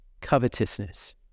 covetousness